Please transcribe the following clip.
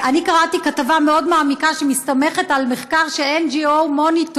אני קראתי כתבה מאוד מעמיקה שמסתמכת על מחקר של NGO Monitor,